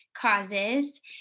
causes